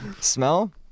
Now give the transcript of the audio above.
Smell